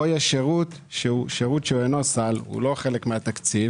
פה זה שירות שהוא לא סל, לא חלק מהתקציב.